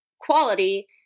quality